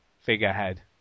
figurehead